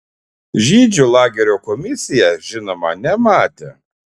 žydžių lagerio komisija žinoma nematė